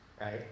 right